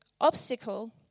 obstacle